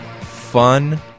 fun